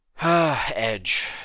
Edge